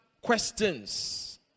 questions